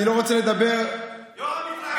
אני לא רוצה לדבר, יושב-ראש המפלגה שלך.